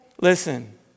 Listen